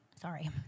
Sorry